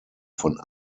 von